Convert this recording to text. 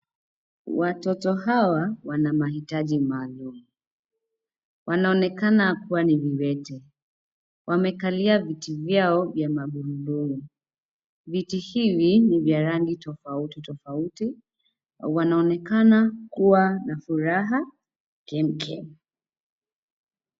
Watoto hawa wana mahitaji maalum. Wanaonekana kuwa ni viwete. Wamekalia viti vyao vya magurudumu. Viti hivi ni vya rangi tofauti tofauti. Wanaonekana kuwa na furaha kemkem.